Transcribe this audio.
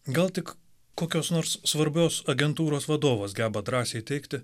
gal tik kokios nors svarbios agentūros vadovas geba drąsiai teigti